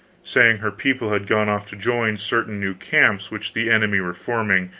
saying her people had gone off to join certain new camps which the enemy were forming,